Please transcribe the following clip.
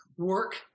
Work